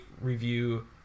review